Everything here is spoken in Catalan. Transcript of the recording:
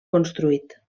construït